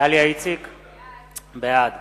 בעד